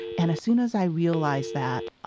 and as soon as i realized that,